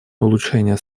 улучшение